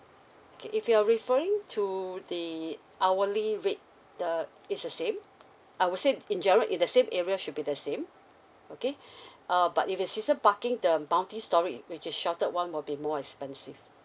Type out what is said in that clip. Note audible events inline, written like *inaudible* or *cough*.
okay if you're referring to the hourly rate the is the same I would say in general in the same area should be the same okay *breath* err but if it season parking the multi story which is sheltered one will be more expensive